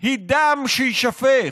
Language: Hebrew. היא דם שיישפך,